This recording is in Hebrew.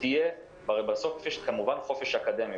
בסוף יש כמובן חופש אקדמי,